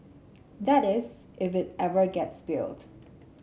that is if it ever gets built